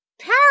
Power